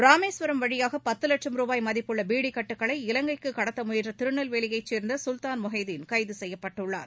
ராமேஸ்வரம் வழியாக பத்து லட்சம் ரூபாய் மதிப்புள்ள பீடிக் கட்டுகளை இலங்கைக்கு கடத்த முயன்ற திருநெல்வேலியைச் சேர்ந்த சுல்தான் மொஹிதீன் கைது செய்யப்பட்டுள்ளார்